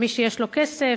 מי שיש לו כסף,